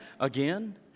again